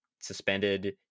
suspended